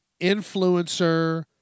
influencer